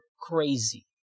crazy